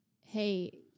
hey